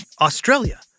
Australia